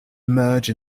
merge